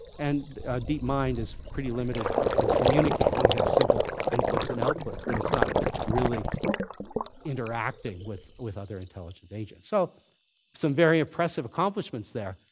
and deepmind is pretty limited in communicating. it has simple inputs and outputs, but it's not really interacting with with other intelligence agents. so some very impressive accomplishments there,